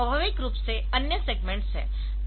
स्वाभाविक रूप से अन्य सेग्मेंट्सहै